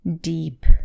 deep